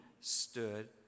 stood